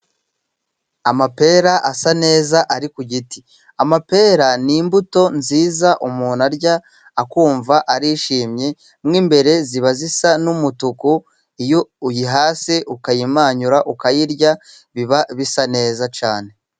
Amapera asa neza ari ku giti, amapera ni imbuto nziza umuntu arya akumva arishimye, mo imbere ziba zisa n'umutuku, iyo uyihase, ukayimanyura, ukayirya, biba bisa neza cyane.